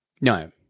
No